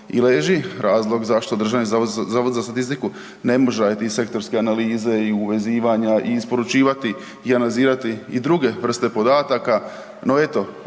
i leži razlog zašto DZS ne može raditi sektorske analize i uvezivanja i isporučivati i analizirati i druge vrste podataka, no eto,